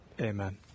Amen